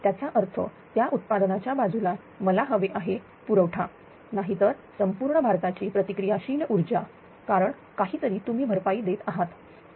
त्याचा अर्थ त्या उत्पादनाच्या बाजूला मला हवे आहे पुरवठा नाही तर संपूर्ण भारताची प्रतिक्रिया शील ऊर्जा कारण काहीतरी तुम्ही भरपाई देत आहात